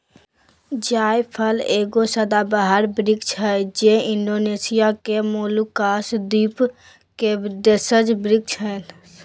जायफल एगो सदाबहार वृक्ष हइ जे इण्डोनेशिया के मोलुकास द्वीप के देशज वृक्ष हइ